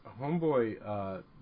Homeboy